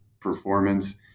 Performance